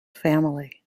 family